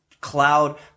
cloud